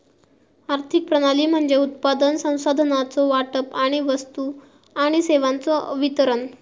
आर्थिक प्रणाली म्हणजे उत्पादन, संसाधनांचो वाटप आणि वस्तू आणि सेवांचो वितरण